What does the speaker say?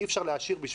אי אפשר לאשר,